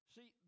See